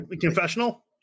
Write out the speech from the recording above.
Confessional